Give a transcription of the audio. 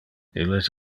illes